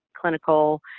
clinical